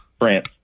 France